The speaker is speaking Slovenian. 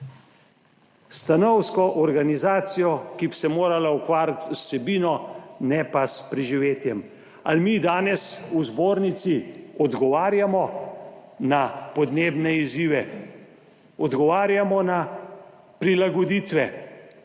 stanovsko organizacijo, ki bi se morala ukvarjati z vsebino, ne pa s preživetjem. Ali mi danes v Zbornici odgovarjamo na podnebne izzive? Odgovarjamo na prilagoditve,